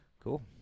Cool